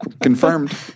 Confirmed